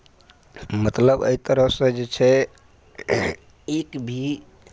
मतलब एहि तरहसँ जे छै एक भी